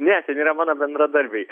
ne ten yra mano bendradarbiai